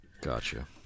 Gotcha